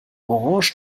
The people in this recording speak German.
orange